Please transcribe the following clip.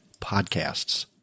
podcasts